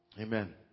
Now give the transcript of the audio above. Amen